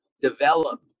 develop